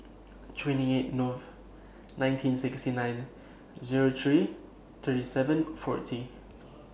twenty eight Nov nineteen sixty nine Zero six thirty seven forty